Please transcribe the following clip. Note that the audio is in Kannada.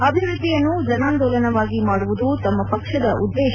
ಅಭಿವೃದ್ದಿಯನ್ನು ಜನಾಂದೋಲನವಾಗಿ ಮಾಡುವುದು ತಮ್ಮ ಪಕ್ಷದ ಉದ್ದೇತ